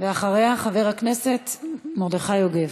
ואחריה, חבר הכנסת מרדכי יוגב.